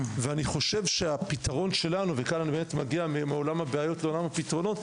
אם אני מגיע עכשיו מעולם הבעיות והפתרונות,